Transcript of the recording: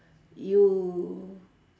you